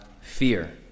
fear